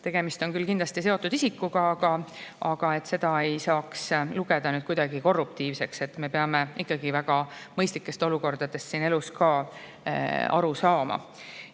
tegemist on küll kindlasti seotud isikuga, aga seda ei saaks kuidagi korruptiivseks lugeda. Me peame ikkagi väga mõistlikest olukordadest siin elus ka aru saama.